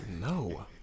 No